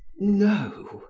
no,